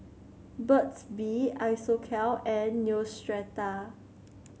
Burt's Bee Isocal and Neostrata